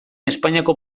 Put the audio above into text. espainiako